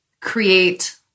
create